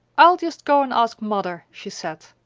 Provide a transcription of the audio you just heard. i'll just go and ask mother, she said.